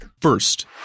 First